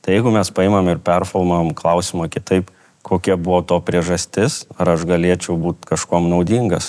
tai jeigu mes paimam ir performuojam klausimą kitaip kokia buvo to priežastis ar aš galėčiau būt kažuom naudingas